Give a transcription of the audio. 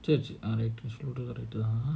ah